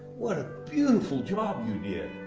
what a beautiful job you did.